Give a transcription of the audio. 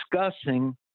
discussing